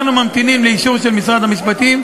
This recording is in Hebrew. אנחנו ממתינים לאישור של משרד המשפטים.